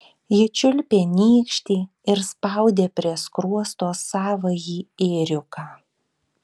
ji čiulpė nykštį ir spaudė prie skruosto savąjį ėriuką